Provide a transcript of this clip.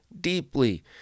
deeply